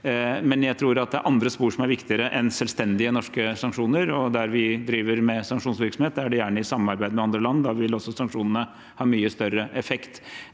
der. Jeg tror at det er andre spor som er viktigere enn selvstendige norske sanksjoner, og der vi driver med sanksjonsvirksomhet, er det gjerne i samarbeid med andre land. Da vil også sanksjonene ha mye større effekt.